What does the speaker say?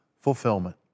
fulfillment